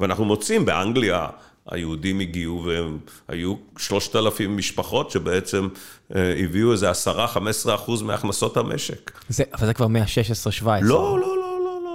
ואנחנו מוצאים באנגליה, היהודים הגיעו והיו 3,000 משפחות, שבעצם הביאו איזה עשרה, חמש עשרה אחוז מהכנסות המשק. אבל זה כבר מה-16 ו-17. לא, לא, לא, לא.